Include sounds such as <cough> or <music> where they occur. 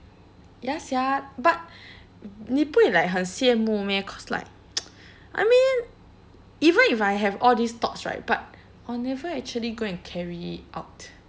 ya sia but 你不会 like 很羡慕 meh cause like <noise> I mean even if I have all these thoughts right but I'll never actually go and carry it out